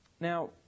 Now